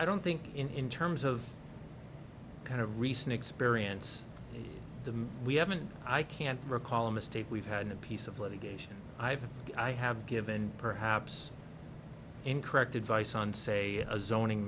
i don't think in terms of kind of recent experience the we haven't i can't recall a mistake we've had a piece of litigation i have i have given perhaps incorrect advice on say a zoning